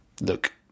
look